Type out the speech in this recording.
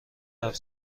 حرف